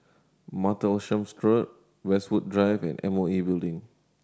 Martlesham Road Westwood Drive and M O E Building